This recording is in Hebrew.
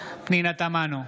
פנינה תמנו,